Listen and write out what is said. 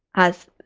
as.